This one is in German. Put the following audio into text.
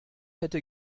hätte